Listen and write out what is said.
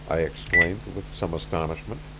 i exclaimed with some astonishment.